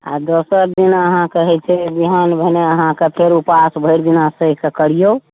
आ दोसर दिन अहाँके होइत छै विहान भेने अहाँके फेर उपवास भरि दिना सहिके करियौ